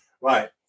right